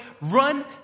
Run